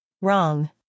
Wrong